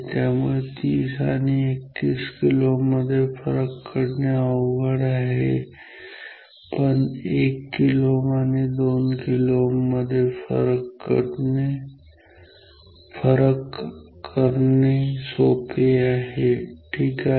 त्यामुळे 30 kΩ आणि 31 kΩ मध्ये फरक करणे अवघड आहे पण 1 आणि 2 kΩ मध्ये फरक करणे सोपे आहे ठीक आहे